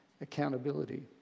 accountability